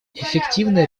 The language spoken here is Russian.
эффективное